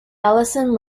ellison